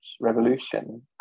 Revolution